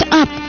up